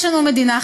יש לנו מדינה,